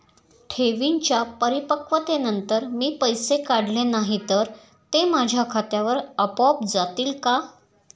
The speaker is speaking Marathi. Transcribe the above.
ठेवींच्या परिपक्वतेनंतर मी पैसे काढले नाही तर ते माझ्या खात्यावर आपोआप जातील का?